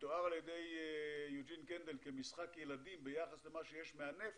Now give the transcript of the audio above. מתואר על ידי יוג'ין כמשחק ילדים ביחס למה שיש מהנפט,